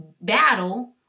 battle